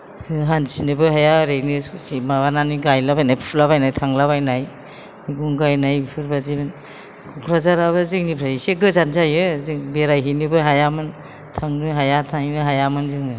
जों हान्थिनोबो हाया ओरैनो ससे माबानानै गायलाबायनाय फुलाबायनाय थांलाबायनाय गुंगायनाय बेफोरबायदिमोन कक्राझाराबो जोंनिफ्राय इसे गोजान जायो जों बेरायहैनोबो हायामोन थांनो हाया थांनोबो हायामोन जोङो